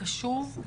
קשוב,